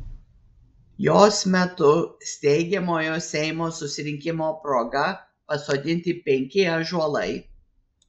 jos metu steigiamojo seimo susirinkimo proga pasodinti penki ąžuolai